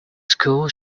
school